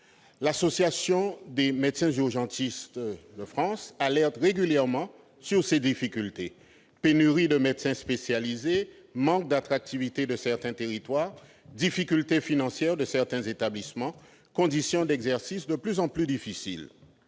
L'Association des médecins urgentistes de France alerte régulièrement sur ces difficultés : pénurie de médecins spécialisés, manque d'attractivité de certains territoires, difficultés financières de certains établissements, conditions d'exercice de plus en plus difficiles,